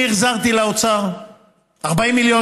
בשנה שעברה אני החזרתי לאוצר 40 מיליון